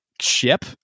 ship